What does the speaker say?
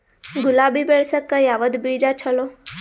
ಗುಲಾಬಿ ಬೆಳಸಕ್ಕ ಯಾವದ ಬೀಜಾ ಚಲೋ?